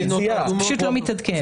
מתעדכן.